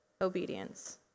obedience